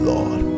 Lord